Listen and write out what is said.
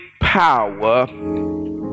power